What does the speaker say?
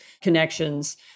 connections